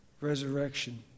resurrection